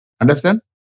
Understand